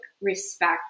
respect